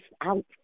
out